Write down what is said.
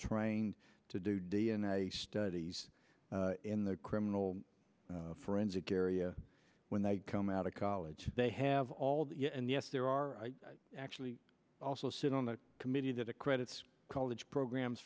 trained to do d n a studies in the criminal forensic area when they come out of college they have all the and yes there are actually also sit on the committee that accredits college programs